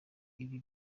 ibi